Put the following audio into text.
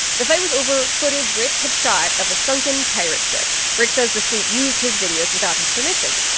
the fight was over footage rick had shot of a sunken pirate ship. rick says the state used his videos without his permission.